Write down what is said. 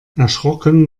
erschrocken